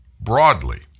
broadly